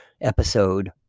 episode